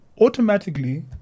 automatically